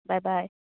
bye bye